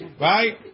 Right